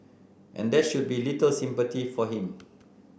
and there should be little sympathy for him